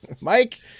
Mike